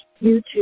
YouTube